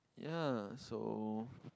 yea so